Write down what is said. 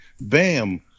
Bam